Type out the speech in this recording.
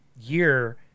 year